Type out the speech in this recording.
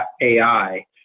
AI